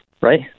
right